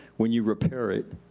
when you repair it,